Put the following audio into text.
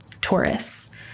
Taurus